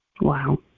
Wow